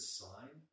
sign